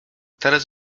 teraz